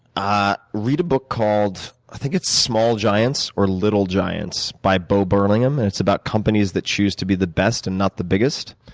ah read a book called i think it's small giants or little giants by bo burlingham, and it's about companies that choose to be the best, and not the biggest.